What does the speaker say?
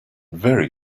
very